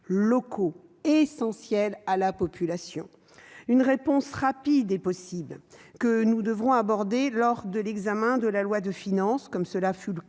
locaux essentiels à la population. Une réponse rapide est possible. Nous devrons l'aborder lors de l'examen de la loi de finances. Comme ce fut le cas